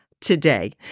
today